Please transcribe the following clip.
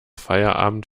feierabend